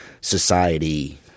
society